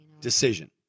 decision